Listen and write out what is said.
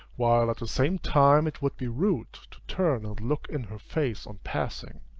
while at the same time it would be rude to turn and look in her face on passing.